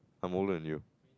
I'm older than you